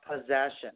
Possession